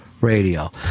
radio